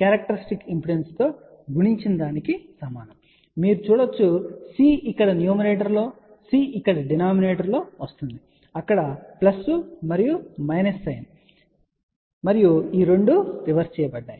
characteristic impedance తో గుణించిన దానికి సమానం ఇక్కడ మీరు చూడవచ్చు C ఇక్కడ న్యూమరేటర్లో C ఇక్కడ డినామినేటర్ లో వస్తోంది అక్కడ ప్లస్ మరియు మైనస్ సైన్ మరియు ఈ 2 రివర్స్ చేయబడతాయి